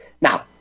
Now